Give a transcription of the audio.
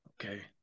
okay